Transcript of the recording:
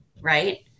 right